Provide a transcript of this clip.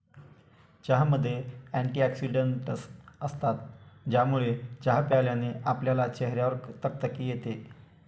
चहामध्ये अँटीऑक्सिडन्टस असतात, ज्यामुळे चहा प्यायल्याने आपल्या चेहऱ्यावर तकतकी येते